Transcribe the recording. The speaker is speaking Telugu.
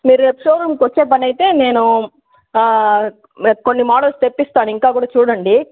మీరు రేపు షోరూంకి వచ్చే పని అయితే నేను కొన్ని మోడల్స్ తెప్పిస్తాను ఇంక కొన్ని చూడండి